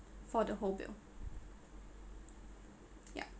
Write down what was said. for the whole bill ya